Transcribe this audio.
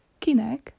kinek